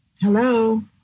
Hello